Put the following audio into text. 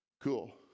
Cool